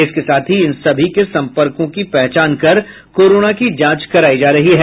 इसके साथ ही इन सभी के संपर्कों की पहचान कर कोरोना की जांच करायी जा रही है